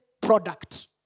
product